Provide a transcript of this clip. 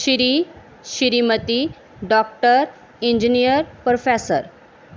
Shri Shrimati doctor engineer professor